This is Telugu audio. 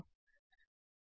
విద్యార్థి ఆర్తోగోనల్